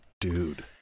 dude